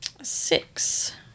Six